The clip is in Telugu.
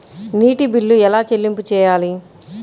నీటి బిల్లు ఎలా చెల్లింపు చేయాలి?